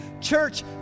Church